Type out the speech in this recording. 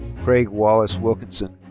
craig wallace wilkinson.